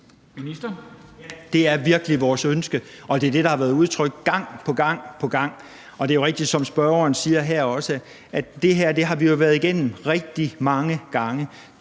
Det er virkelig vores ønske. Og det er det, der har været udtrykt gang på gang på gang. Det er rigtigt, som spørgeren også siger her, at vi jo har været det her igennem rigtig mange gange,